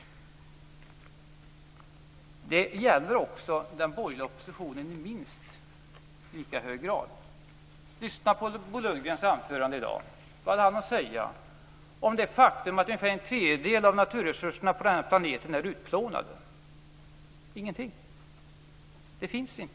Det gäller den borgerliga oppositionen i minst lika hög grad. Lyssna på Bo Lundgrens anförande i dag! Vad hade han att säga om det faktum att ungefär en tredjedel av naturresurserna på den här planeten är utplånade? Ingenting! Det problemet finns inte.